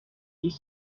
dix